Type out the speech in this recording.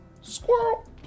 squirrel